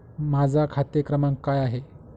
माझा खाते क्रमांक काय आहे?